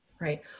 right